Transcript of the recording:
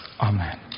Amen